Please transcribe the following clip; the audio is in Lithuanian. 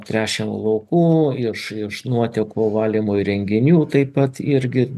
tręšiamų laukų ir iš nuotekų valymo įrenginių taip pat irgi